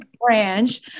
branch